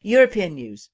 european news